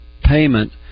payment